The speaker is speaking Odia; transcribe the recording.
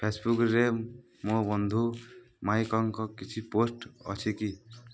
ଫେସବୁକ୍ରେ ମୋ ବନ୍ଧୁ ମାଇକ୍ଙ୍କ କିଛି ପୋଷ୍ଟ୍ ଅଛି କି